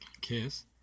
kiss